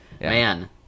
Man